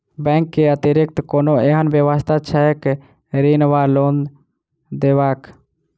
Bank केँ अतिरिक्त कोनो एहन व्यवस्था छैक ऋण वा लोनदेवाक?